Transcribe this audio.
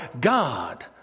God